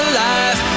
life